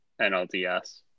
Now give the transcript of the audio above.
NLDS